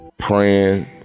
praying